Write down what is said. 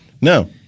No